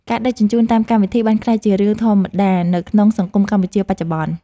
ការដឹកជញ្ជូនតាមកម្មវិធី បានក្លាយជារឿងធម្មតានៅក្នុងសង្គមកម្ពុជាបច្ចុប្បន្ន។